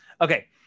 okay